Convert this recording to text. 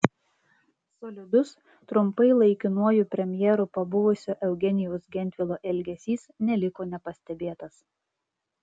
solidus trumpai laikinuoju premjeru pabuvusio eugenijaus gentvilo elgesys neliko nepastebėtas